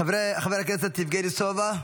חבר הכנסת יבגני סובה,